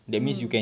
mm